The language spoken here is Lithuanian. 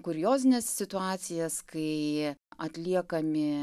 kuriozines situacijas kai jie atliekami